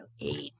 eight